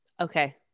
Okay